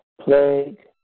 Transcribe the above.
Plague